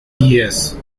yes